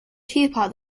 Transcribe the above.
teapot